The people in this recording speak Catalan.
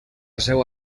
seua